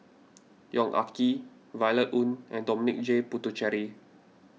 Yong Ah Kee Violet Oon and Dominic J Puthucheary